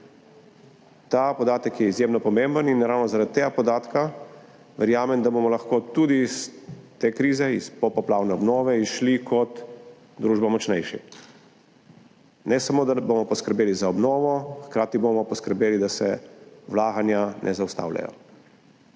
Ta podatek je izjemno pomemben in ravno zaradi tega podatka verjamem, da bomo lahko tudi iz te krize, iz poplavne obnove, izšli kot družba močnejši. Ne samo da bomo poskrbeli za obnovo, hkrati bomo poskrbeli, da se vlaganja ne zaustavljajo.